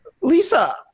Lisa